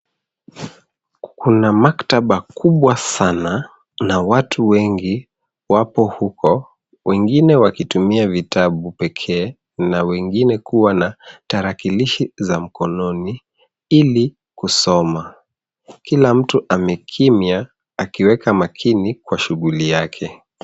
Kuna maktaba kubwa sana, na watu wengi wapo huko, wengine wakitumia vitabu pekee na wengine kuwa na tarakilishi za mkononi ili kusoma. Kila mtu amekimya akiweka makini kwa shughuli yake.